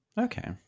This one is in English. okay